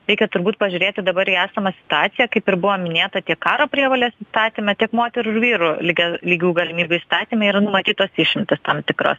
reikia turbūt pažiūrėti dabar į esamą situaciją kaip ir buvo minėta tiek karo prievolės įstatyme tiek moterų ir vyrų ligia lygių galimybių įstatyme yra numatytos išimtys tam tikra